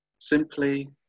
simply